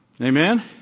Amen